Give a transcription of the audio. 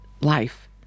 life